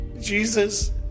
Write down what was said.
Jesus